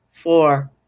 Four